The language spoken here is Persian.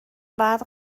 باید